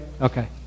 Okay